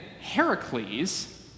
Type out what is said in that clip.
Heracles